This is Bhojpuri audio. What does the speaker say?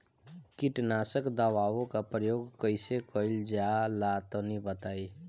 कीटनाशक दवाओं का प्रयोग कईसे कइल जा ला तनि बताई?